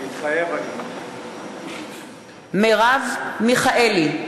מתחייב אני מרב מיכאלי,